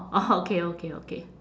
orh okay okay okay